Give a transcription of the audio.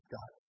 God